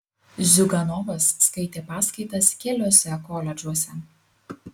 ziuganovas skaitė paskaitas keliuose koledžuose